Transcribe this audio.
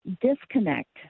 disconnect